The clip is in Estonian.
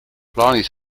plaanis